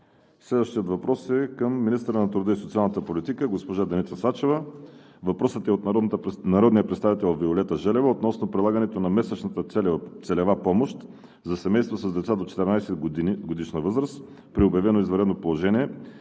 Следващият въпрос е към министъра на труда и социалната политика госпожа Деница Сачева. Въпросът е от народния представител Виолета Желева относно прилагането на месечната целева помощ за семейства с деца до 14-годишна възраст при обявено извънредно положение